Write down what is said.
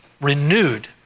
renewed